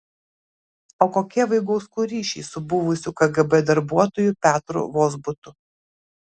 o kokie vaigauskų ryšiai su buvusiu kgb darbuotoju petru vozbutu